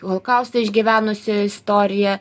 holokaustą išgyvenusiojo istoriją